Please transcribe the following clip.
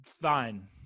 Fine